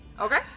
Okay